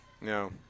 No